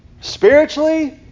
spiritually